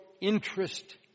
interest